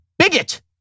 bigot